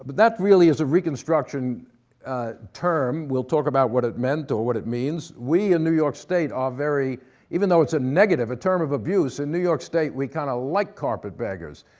but that really is a reconstruction term. we'll talk about what it meant or what it means. we in new york state are very even though it's a negative, a term of abuse in new york state, we kind of like carpetbaggers.